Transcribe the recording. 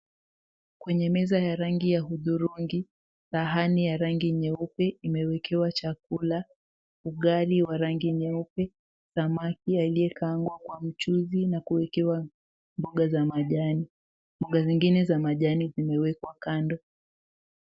Kwenye meza ya rangi ya hudhurungi, sahani ya rangi nyeupe imewekewa chakula, ugali wa rangi nyeupe, samaki aliyekaangwa kwa mchuzi na kuwekewa mboga za majani. Mboga zingine za majani zimewekwa kando.